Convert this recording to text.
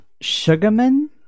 sugarman